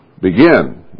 begin